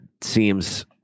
seems